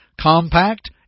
Compact